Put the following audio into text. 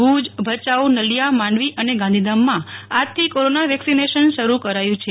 ભુજ ભયાઉ નલિયા માંડવી અને ગાંધીધામમાં આજથી કોરોના વેકસીનેશન શરૃ કરાયું છે